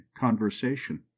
conversation